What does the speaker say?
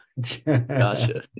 Gotcha